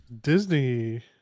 Disney